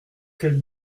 qu’elle